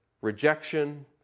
rejection